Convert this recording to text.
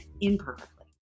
imperfectly